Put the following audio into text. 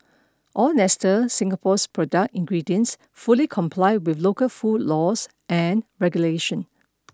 all Nestle Singapore's product ingredients fully comply with local food laws and regulation